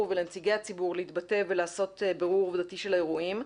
ולנציגי הציבור להתבטא ולעשות בירור עובדתי של האירועים,